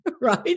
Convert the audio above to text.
right